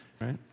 Right